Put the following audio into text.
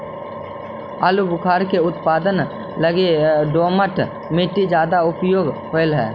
आलूबुखारा के उत्पादन लगी दोमट मट्टी ज्यादा उपयोग होवऽ हई